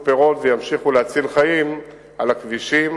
פירות וימשיכו להציל חיים על הכבישים.